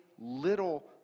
little